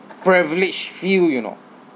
privileged few you know